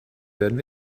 werden